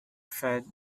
fed